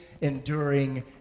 enduring